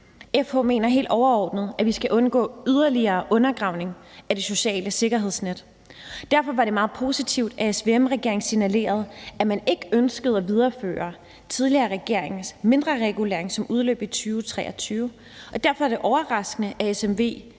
»FH mener helt overordnet, at vi skal undgå yderligere undergravning af det sociale sikkerhedsnet. Derfor var det meget positivt, at SVM-regeringen signalerede, at man ikke ønskede at videreføre tidligere regeringers mindre regulering, som udløb i 2023. Derfor er det overraskende, at